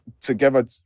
together